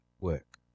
work